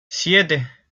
siete